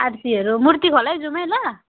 आरतीहरू मुर्ती खोला नै जाउँ है ल